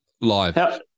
live